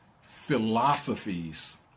philosophies